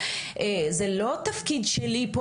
זה לא תפקיד שלי פה